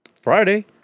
Friday